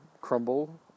crumble